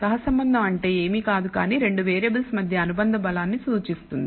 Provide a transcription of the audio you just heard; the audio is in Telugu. సహసంబంధం అంటే ఏమీ కాదు కానీ 2 వేరియబుల్స్ మధ్య అనుబంధ బలాన్ని సూచిస్తుంది